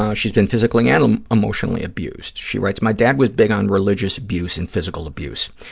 ah she's been physically and um emotionally abused. she writes, my dad was big on religious abuse and physical abuse.